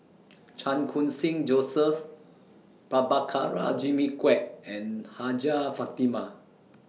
Chan Khun Sing Joseph Prabhakara Jimmy Quek and Hajjah Fatimah